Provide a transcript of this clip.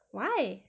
why